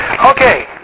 Okay